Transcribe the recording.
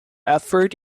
effort